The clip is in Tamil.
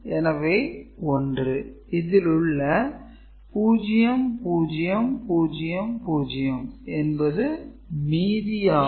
எனவே 1 இதில் உள்ள 0 0 0 0 என்பது மீதி ஆகும்